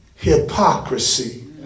Hypocrisy